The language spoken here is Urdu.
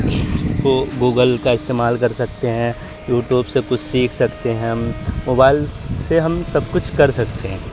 گوگل کا استعمال کر سکتے ہیں یوٹیوب سے کچھ سیکھ سکتے ہیں ہم موبائل سے ہم سب کچھ کر سکتے ہیں